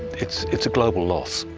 it's it's a global loss.